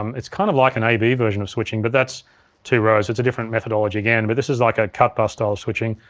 um it's kind of like an a b version of switching but that's two rows so it's a different methodology again, but this is like a cut-bus style switching,